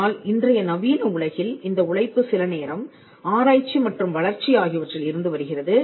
ஆனால் இன்றைய நவீன உலகில் இந்த உழைப்பு சில நேரம் ஆராய்ச்சி மற்றும் வளர்ச்சி ஆகியவற்றில் இருந்து வருகிறது